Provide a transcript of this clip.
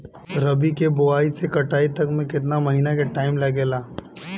रबी के बोआइ से कटाई तक मे केतना महिना के टाइम लागेला?